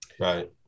Right